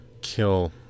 kill